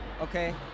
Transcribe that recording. okay